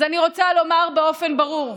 אז אני רוצה לומר באופן ברור: